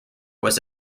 was